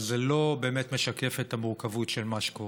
אבל זה לא באמת משקף את המורכבות של מה שקורה.